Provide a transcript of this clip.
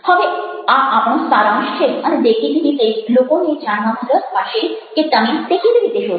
હવે આ આપણો સારાંશ છે અને દેખીતી રીતે જ લોકોને એ જાણવામાં રસ પડશે કે તમે તે કેવી રીતે શોધ્ય્યું